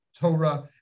Torah